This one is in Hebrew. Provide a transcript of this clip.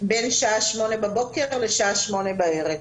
בין שעה שמונה בבוקר לשעה שמונה בערב.